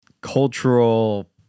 cultural